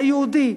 היהודי,